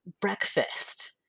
Breakfast